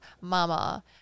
mama